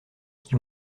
qui